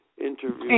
interview